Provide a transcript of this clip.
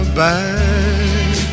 back